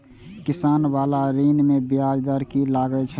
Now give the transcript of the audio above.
किसान बाला ऋण में ब्याज दर कि लागै छै?